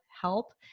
help